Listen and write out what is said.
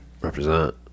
represent